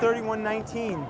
thirty one nineteen